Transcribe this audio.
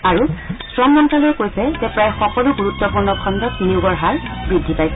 আৰু শ্ৰম মন্ত্ৰালয়ে কৈছে যে প্ৰায় সকলো গুৰুত্বপূৰ্ণ খণ্ডত নিয়োগৰ হাৰ বৃদ্ধি পাইছে